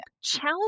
challenge